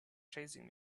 chasing